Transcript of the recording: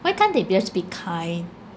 why can't they just be kind